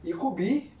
it could be ya